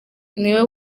niwe